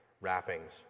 wrappings